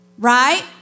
Right